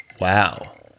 wow